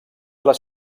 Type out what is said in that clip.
les